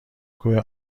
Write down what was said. کوه